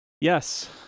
yes